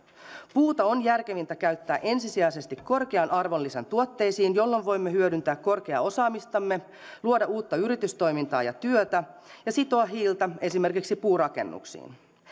puuta on järkevintä käyttää ensisijaisesti korkean arvonlisän tuotteisiin jolloin voimme hyödyntää korkeaa osaamistamme luoda uutta yritystoimintaa ja työtä ja sitoa hiiltä esimerkiksi puurakennuksiin